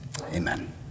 amen